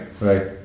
right